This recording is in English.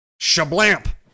Shablamp